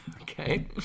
Okay